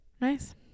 nice